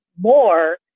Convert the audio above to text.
more